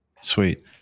Sweet